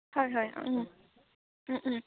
হয় হয়